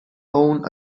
own